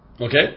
Okay